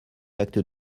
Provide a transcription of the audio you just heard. l’acte